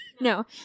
no